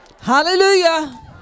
Hallelujah